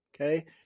Okay